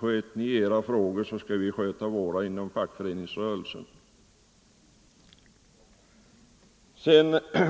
Sköt ni era frågor, så skall vi sköta våra inom fackföreningsrörelsen!